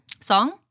Song